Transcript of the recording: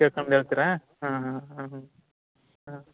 ತಿಳ್ಕಂಡು ಹೇಳ್ತೀರಾ ಹಾಂ ಹಾಂ ಹಾಂ ಹಾಂ ಹಾಂ